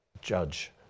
judge